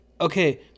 Okay